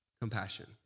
compassion